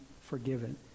forgiven